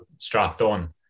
Strathdon